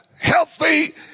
healthy